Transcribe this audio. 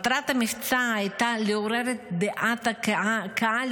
מטרת המבצע הייתה לעורר את דעת הקהל